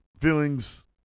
feelings